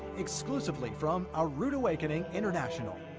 exclusively from a rood awakening international.